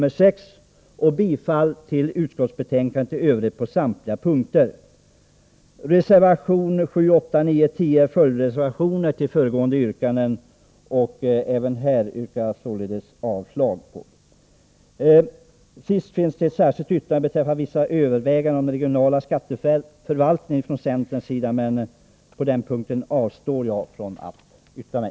I övrigt yrkar jag bifall till utskottets hemställan på samtliga punkter. Reservationerna 7, 8, 9 och 10 är följdreservationer till de tidigare nämnda reservationerna, och även här yrkar jag således avslag. Till sist finns det ett särskilt yttrande från centerns sida beträffande vissa överväganden om den regionala skatteförvaltningen, men på den punkten avstår jag från att yttra mig.